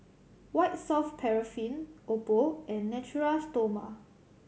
White Soft Paraffin Oppo and Natura Stoma